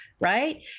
Right